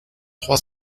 trois